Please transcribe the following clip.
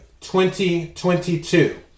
2022